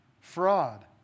fraud